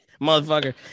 Motherfucker